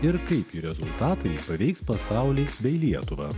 ir kaip jų rezultatai paveiks pasaulį bei lietuvą